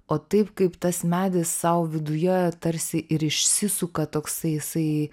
o taip kaip tas medis sau viduje tarsi ir išsisuka toksai jisai